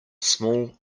small